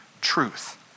truth